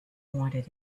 wanted